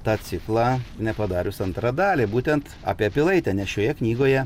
tą ciklą nepadarius antrą dalį būtent apie pilaitę nes šioje knygoje